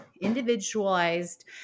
individualized